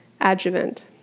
adjuvant